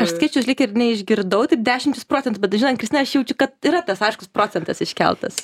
aš skaičiaus lyg ir neišgirdau tik dešimt procentų bet žinant kristiną aš jaučiu kad yra tas aiškus procentas iškeltas